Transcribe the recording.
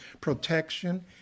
protection